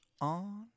on